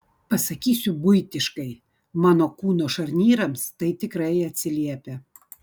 pasakysiu buitiškai mano kūno šarnyrams tai tikrai atsiliepia